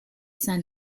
san